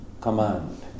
command